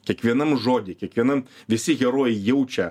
kiekvienam žody kiekvienam visi herojai jaučia